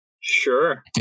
Sure